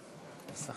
אקרא